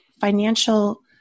financial